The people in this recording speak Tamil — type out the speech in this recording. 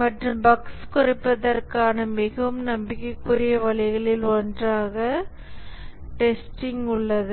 மற்றும் பஃக்ஸ் குறைப்பதற்கான மிகவும் நம்பிக்கைக்குரிய வழிகளில் ஒன்றாக டெஸ்டிங் உள்ளது